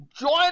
join